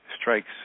strikes